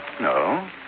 No